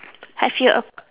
have you a